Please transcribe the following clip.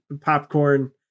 popcorn